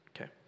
Okay